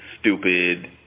stupid